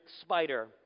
spider